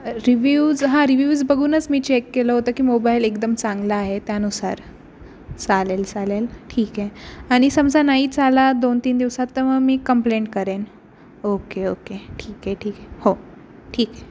reviews हां reviews बघूनच मी चेक केलं होतं की मोबाईल एकदम चांगला आहे त्यानुसार चालेल चालेल ठीक आहे आणि समजा नाहीच आला दोन तीन दिवसात तर मग मी कंप्लेंट करेन ओके ओके ठीक आहे ठीक आहे हो ठीक आहे